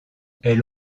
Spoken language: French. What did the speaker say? elle